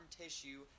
tissue